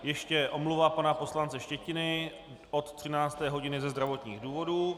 Ještě omluva pana poslance Štětiny od 13 h ze zdravotních důvodů.